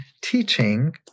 teaching